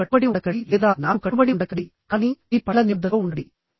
కోర్సుకు కట్టుబడి ఉండకండి లేదా నాకు కట్టుబడి ఉండకండి కానీ మీ పట్ల నిబద్ధత తో ఉండండి